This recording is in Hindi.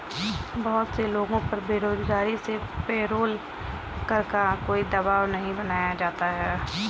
बहुत से लोगों पर बेरोजगारी में पेरोल कर का कोई दवाब नहीं बनाया जाता है